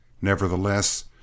Nevertheless